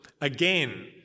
Again